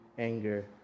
anger